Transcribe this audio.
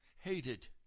hated